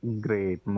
Great